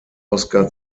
oscar